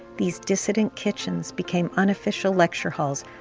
these dissident kitchens became unofficial lecture halls,